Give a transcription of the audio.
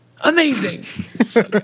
Amazing